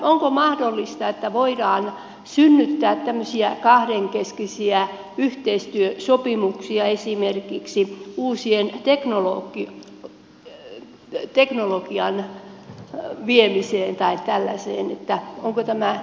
onko mahdollista että voidaan synnyttää tämmöisiä kahdenkeskisiä yhteistyösopimuksia esimerkiksi uusien teknologioiden viemiseen tai tällaiseen onko tämä täysin pois suljettu